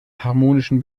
harmonischen